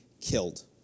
killed